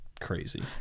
crazy